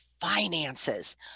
finances